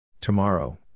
Tomorrow